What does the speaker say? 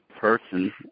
person